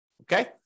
Okay